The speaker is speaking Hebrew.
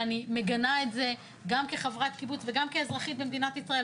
ואני מגנה את זה גם כחברת קיבוץ וגם כאזרחית מדינת ישראל.